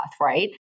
right